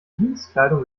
dienstkleidung